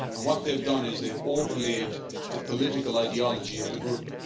and what they've done is they've overlaid the political ideology of the group.